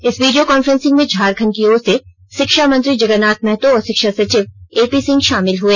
इस video conferencing में झारखण्ड की ओर से षिक्षा मंत्री जगरनाथ महतो और षिक्षा सचिव ए पी सिंह षामिल हुए